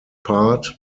part